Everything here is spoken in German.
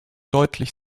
deutlich